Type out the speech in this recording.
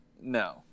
no